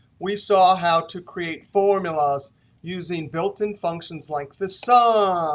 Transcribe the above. we saw how to create formulas using built-in functions like the sum,